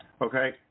Okay